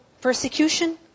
persecution